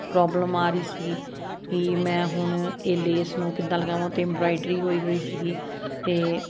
problem ਆ ਰਹੀ ਸੀ ਕਿ ਮੈਂ ਹੁਣ ਇਹ ਲੇਸ ਨੂੰ ਕਿੱਦਾਂ ਲਗਾਵਾਂ ਉੱਤੇ ਐਮਬਰਾਇਡਰੀ ਹੋਈ ਹੋਈ ਸੀਗੀ ਅਤੇ